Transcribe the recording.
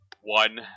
One